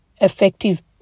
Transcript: effective